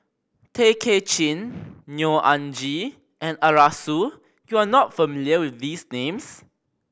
Tay Kay Chin Neo Anngee and Arasu you are not familiar with these names